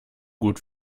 gut